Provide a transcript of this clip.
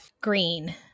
Green